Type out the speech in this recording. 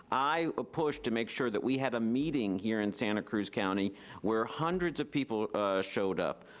i ah pushed to make sure that we had a meeting here in santa cruz county where hundreds of people showed up.